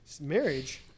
Marriage